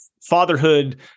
fatherhood